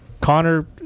connor